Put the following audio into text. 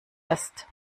ist